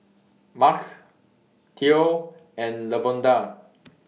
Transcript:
Marc Theo and Lavonda